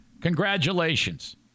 Congratulations